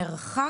מרחק.